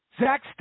Zach